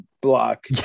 block